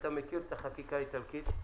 שאתה מכיר את החקיקה האיטלקית,